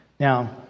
Now